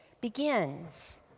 begins